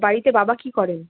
বাড়িতে বাবা কী করেন